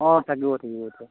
অঁ থাকিব থাকিব এতিয়া